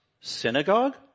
synagogue